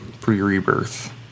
pre-rebirth